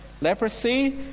leprosy